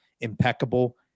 impeccable